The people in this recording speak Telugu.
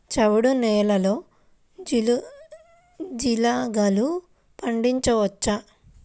చవుడు నేలలో జీలగలు పండించవచ్చా?